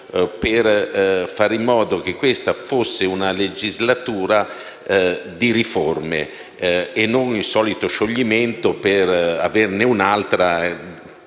per fare in modo che questa fosse una legislatura di riforme e che non vi fosse il solito scioglimento, per avere un'altra